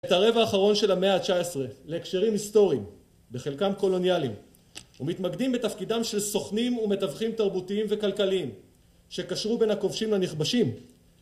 את הרבע האחרון של המאה ה-19, להקשרים היסטוריים, בחלקם קולוניאליים, ומתמקדים בתפקידם של סוכנים ומתווכים תרבותיים וכלכליים, שקשרו בין הכובשים לנכבשים.